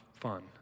fun